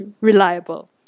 reliable